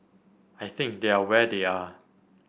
I think they are where they are